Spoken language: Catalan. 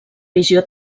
visió